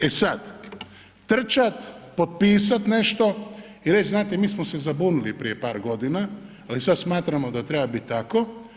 E sada trčat, potpisat nešto i reći znate mi smo se zabunili prije par godina, ali sada smatramo da treba biti tako.